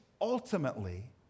ultimately